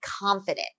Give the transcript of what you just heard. confident